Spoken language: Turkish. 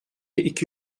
iki